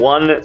One